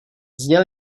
zněl